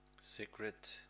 secret